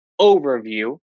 overview